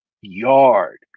yard